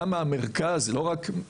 לא רק במרכז גם בצפון,